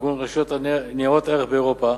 איגוד רשויות ניירות ערך באירופה,